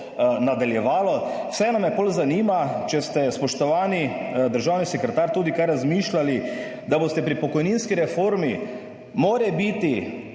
nadaljevalo. Vseeno me potem zanima, če ste, spoštovani državni sekretar, tudi kaj razmišljali, da boste pri pokojninski reformi morebiti